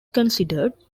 considered